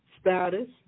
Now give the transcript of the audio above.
status